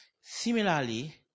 Similarly